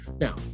Now